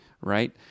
right